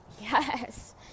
yes